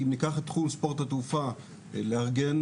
אם ניקח את תחום הספורט התעופה, לארגן